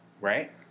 right